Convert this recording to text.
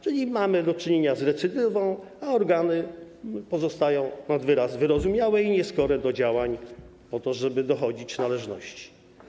Czyli mamy do czynienia z recydywą, a organy pozostają nad wyraz wyrozumiałe i nieskore do działań, żeby dochodzić należności.